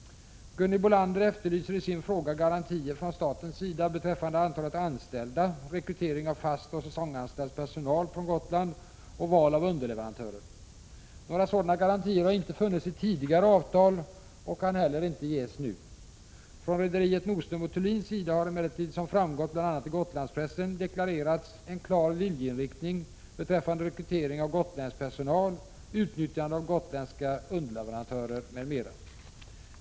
Gunhild Bolander efterlyser i sin interpellation garantier från statens sida beträffande antalet anställda, rekrytering av fast och säsongsanställd personal från Gotland och val av underleverantörer. Några sådana garantier har inte funnits i tidigare avtal och kan inte heller ges nu. Rederiet Nordström & Thulin har emellertid, som framgått bl.a. i Gotlandspressen, deklarerat en klar viljeinriktning beträffande rekrytering av gotländsk personal, utnyttjande av gotländska underleverantörer m.m.